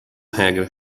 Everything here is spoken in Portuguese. regra